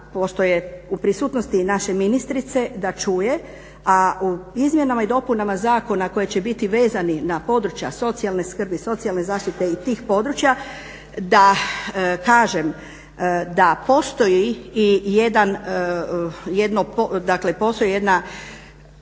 u prisutnosti naše ministrice da čuje, a u izmjenama i dopunama zakona koje će biti vezani na područja socijalne skrbi, socijalne zaštite i tih područja da kažem da postoji i jedno,